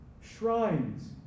shrines